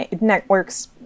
Networks